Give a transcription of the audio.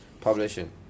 publishing